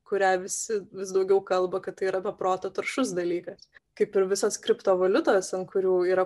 kurią visi vis daugiau kalba kad tai yra be proto taršus dalykas kaip ir visos kriptovaliutos ant kurių yra